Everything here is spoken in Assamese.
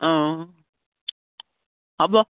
অঁ হ'ব